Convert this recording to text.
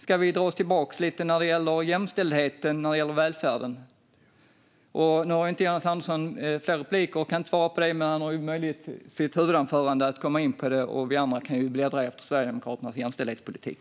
Ska vi dra oss tillbaka lite när det gäller jämställdheten och välfärden? Jonas Andersson har inte fler repliker, så han kan inte svara på det, men han har möjlighet att komma in på det i sitt huvudanförande. Vi andra kan ju bläddra efter Sverigedemokraternas jämställdhetspolitik.